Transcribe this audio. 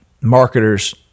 marketers